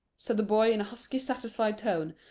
said the boy, in a husky, satisfied tone,